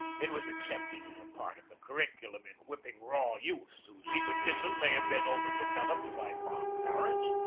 it was accepted as a part of the curriculum in whip ping raw youths, whose egoism may have been over developed by fond parents,